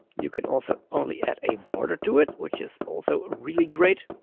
you can also only add a border to it, which is also really great.